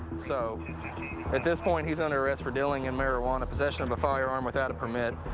so at this point he's under arrest for dealing in marijuana, possession of a firearm without a permit.